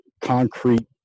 concrete